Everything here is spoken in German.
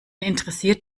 interessiert